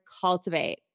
cultivate